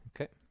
Okay